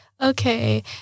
Okay